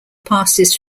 passes